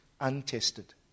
untested